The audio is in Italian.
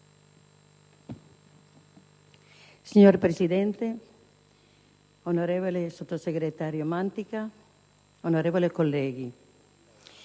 Signor Presidente, onorevole sottosegretario Mantica, onorevoli colleghi,